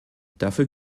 dafür